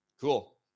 Cool